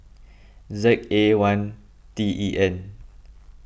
Z A one T E N